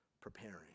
preparing